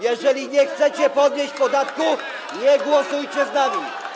Jeżeli nie chcecie podnieść podatku, nie głosujcie z nami.